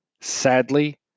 Sadly